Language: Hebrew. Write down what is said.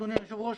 אדוני היושב-ראש,